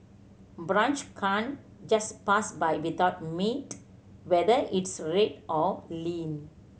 brunch can't just pass by without meat whether it's red or lean